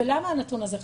למה הנתון הזה חשוב?